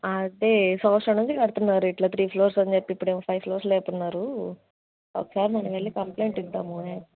అదే సంవత్సరం నుంచి కడుతున్నారు ఇలా త్రీ ఫ్లోర్స్ అని చెప్పి ఇప్పుడేమో ఫైవ్ ఫ్లోర్స్ లేపున్నారు ఒకసారి మనమెళ్ళి కంప్లెయింట్ ఇద్దాము అని